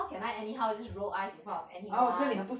how can I anyhow just roll eyes in front of anyone